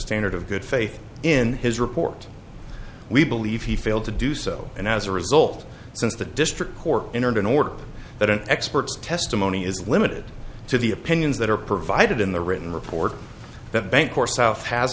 standard of good faith in his report we believe he failed to do so and as a result since the district court entered an order that an expert's testimony is limited to the opinions that are provided in the written report that bank or south has